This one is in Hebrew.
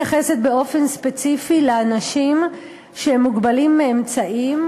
אני מתייחסת באופן ספציפי לאנשים מוגבלים באמצעים